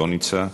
לא נמצא.